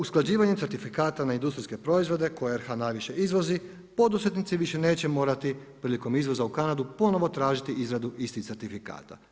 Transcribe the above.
Usklađivanje certifikata na industrijske proizvode koje RH najviše izvozi, poduzetnici više neće morati prilikom izvoza u Kanadu ponovno tražiti izradu istih certifikata.